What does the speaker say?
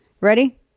Ready